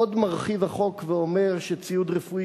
עוד מרחיב החוק ואומר שציוד רפואי